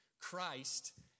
Christ